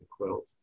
quilt